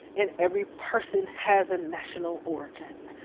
and every person has a national origin.